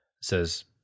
says